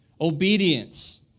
obedience